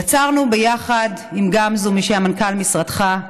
יצרנו ביחד עם גמזו, מי שהיה מנכ"ל משרדך,